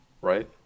right